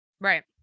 Right